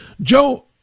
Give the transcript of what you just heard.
Joe